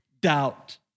doubt